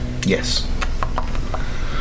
Yes